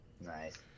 Nice